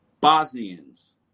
Bosnians